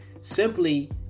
simply